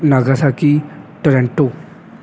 Nagasaki Toronto